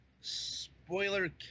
Spoiler